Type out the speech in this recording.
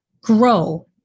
grow